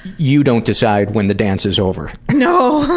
you don't decide when the dance is over. no.